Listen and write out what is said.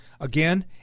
Again